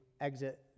exit